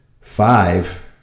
Five